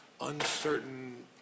uncertain